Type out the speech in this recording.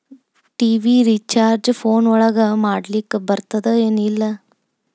TV recharge phone ಒಳಗ ಮಾಡ್ಲಿಕ್ ಬರ್ತಾದ ಏನ್ ಇಲ್ಲ?